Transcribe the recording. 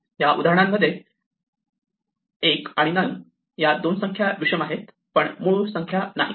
या उदाहरणांमध्ये 1 आणि 9 या दोन संख्या विषम आहेत पण मूळ संख्या नाहीत